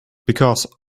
because